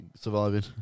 surviving